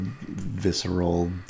visceral